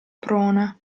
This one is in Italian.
prona